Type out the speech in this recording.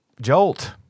Jolt